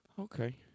Okay